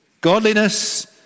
Godliness